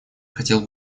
хотел